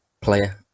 player